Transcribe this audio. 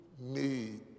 need